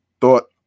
thought